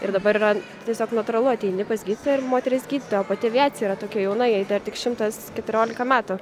ir dabar yra tiesiog natūralu ateini pas gydytoją ir moteris gydytoja o pati aviacija yra tokia jauna jai tik šimtas keturiolika metų